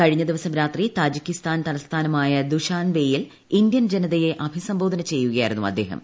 കഴിഞ്ഞ ദിവസം ്രാത്രി താജിക്കിസ്ഥാൻ തലസ്ഥാനമായ ദുഷാൻബേയിൽ ഇന്ത്യൻ ജനതയെ അഭിസംബോധന ചെയ്യുകയായിരുന്നു അദ്ദേഹം